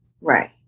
Right